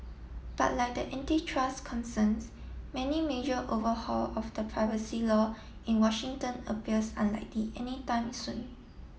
but like the antitrust concerns many major overhaul of the privacy law in Washington appears unlikely anytime soon